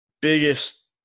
biggest